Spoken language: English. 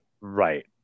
right